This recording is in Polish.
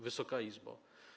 Wysoka Izbo!